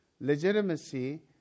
legitimacy